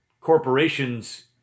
corporations